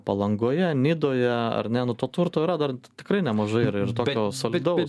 palangoje nidoje ar ne nu to turto yra dar tikrai nemažai ir ir tokio solidaus